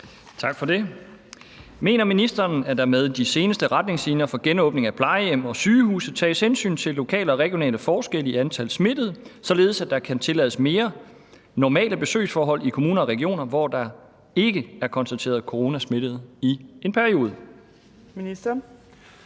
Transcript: Tak for det. Mener ministeren, at der med de seneste retningslinjer for genåbning af plejehjem og sygehuse tages hensyn til lokale og regionale forskelle i antal smittede, således at der kan tillades mere normale besøgsforhold i kommuner og regioner, hvor der ikke er konstateret coronasmittede i en periode? Kl.